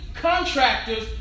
contractors